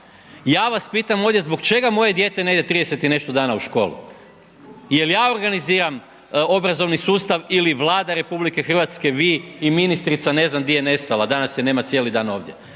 Ja vas pitam ovdje zbog čega moje dijete ne ide 30 i nešto dana u školu? Jel ja organiziram obrazovni sustav ili Vlada RH, vi i ministrica, ne znam di je nestala, danas je nema cijeli dan ovdje?